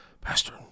pastor